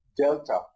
delta